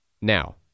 Now